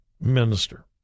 minister